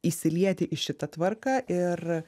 įsilieti į šitą tvarką ir